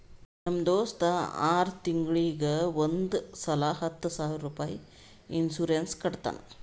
ನಮ್ ದೋಸ್ತ ಆರ್ ತಿಂಗೂಳಿಗ್ ಒಂದ್ ಸಲಾ ಹತ್ತ ಸಾವಿರ ರುಪಾಯಿ ಇನ್ಸೂರೆನ್ಸ್ ಕಟ್ಟತಾನ